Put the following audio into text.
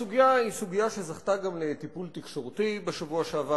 הסוגיה זכתה גם לטיפול תקשורתי בשבוע שעבר.